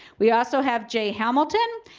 we also have jay hamilton.